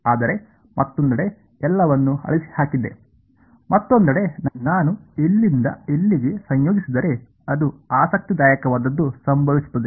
ಆದರೆ ಮತ್ತೊಂದೆಡೆ ಎಲ್ಲವನ್ನೂ ಅಳಿಸಿಹಾಕಿದೆ ಮತ್ತೊಂದೆಡೆ ನಾನು ಇಲ್ಲಿಂದ ಇಲ್ಲಿಗೆ ಸಂಯೋಜಿಸಿದರೆ ಅದು ಆಸಕ್ತಿದಾಯಕವಾದದ್ದು ಸಂಭವಿಸುತ್ತದೆ